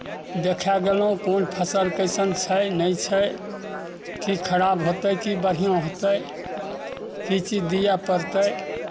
देखय गेलहुँ कोन फसल कैसन छै नहि छै की खराब होतै की बढ़िअँ होतै की चीज दिअ पड़तै